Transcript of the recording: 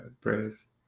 prayers